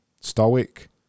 stoic